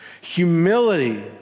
Humility